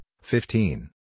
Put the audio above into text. fifteen